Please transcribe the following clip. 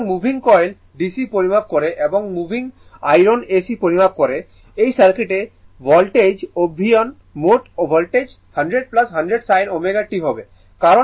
সুতরাং moving coil DC পরিমাপ করে এবং মুভিং আয়রন AC পরিমাপ করে এবং সার্কিটে ভোল্টেজ অভিনয় মোট ভোল্টেজ 100 100 sin ω t হবে